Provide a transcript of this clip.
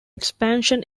expansion